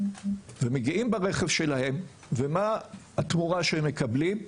והם מגיעים ברכב שלהם ומה התמורה שהם מקבלים?